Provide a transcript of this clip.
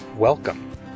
Welcome